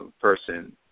person